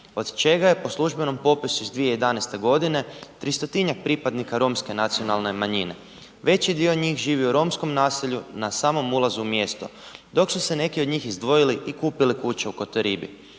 od čega je po službenom popisu iz 2011. godine 300-tinjak pripadnika romske nacionalne manjine. Veći dio njih živi u romskom naselju na samom ulazu u mjesto. Dok su se neki od njih izdvojili i kupili kuće u Kotoribi.